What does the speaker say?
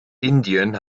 indien